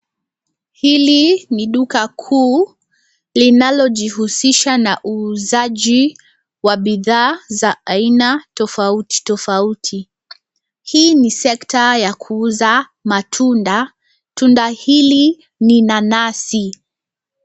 Hili ni duka kuu linalojihusisha na uuzaji wa bidhaa za aina tofauti tofauti. Hii ni sekta ya kuuza matunda. Tunda hili ni nanasi.